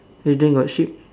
heading got ship